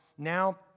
Now